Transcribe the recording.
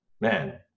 man